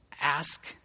ask